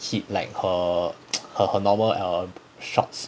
hit like her her normal err shots